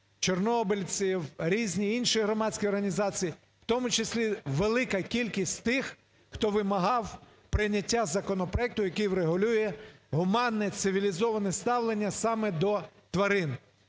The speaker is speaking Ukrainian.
чорнобильців, різні інші громадські організації, у тому числі велика кількість тих, хто вимагав прийняття законопроекту, який врегулює гуманне цивілізоване ставлення саме до тварин.